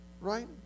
right